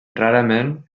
rarament